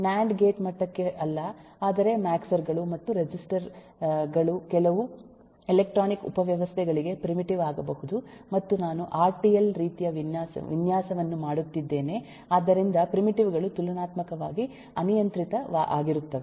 ನ್ಯಾನ್ಡ್ gate ಮಟ್ಟಕ್ಕೆ ಅಲ್ಲ ಆದರೆ ಮ್ಯಾಕ್ಸರ್ ಗಳು 0238 ಮತ್ತು ರೆಸಿಸ್ಟರ್ ಗಳು ಕೆಲವು ಎಲೆಕ್ಟ್ರಾನಿಕ್ ಉಪವ್ಯವಸ್ಥೆಗಳಿಗೆ ಪ್ರಿಮಿಟಿವ್ ಆಗಬಹುದು ಮತ್ತು ನಾನು ಆರ್ಟಿಎಲ್ ರೀತಿಯ ವಿನ್ಯಾಸವನ್ನು ಮಾಡುತ್ತಿದ್ದೇನೆ ಆದ್ದರಿಂದ ಪ್ರಿಮಿಟಿವ್ ಗಳು ತುಲನಾತ್ಮಕವಾಗಿ ಅನಿಯಂತ್ರಿತ ಆಗಿರುತ್ತವೆ